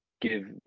give